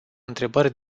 întrebări